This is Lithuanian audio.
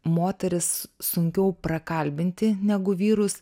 moteris sunkiau prakalbinti negu vyrus